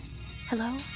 Hello